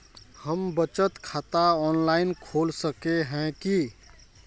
हम बचत खाता ऑनलाइन खोल सके है की?